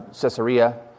Caesarea